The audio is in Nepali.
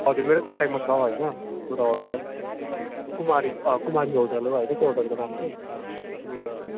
हजुर मेरै कन्ट्याक्टमा छ होइन पुरा होटल कुमारी कुमारी होटेल हो होइन त्यो होटलको नाम चाहिँ अनि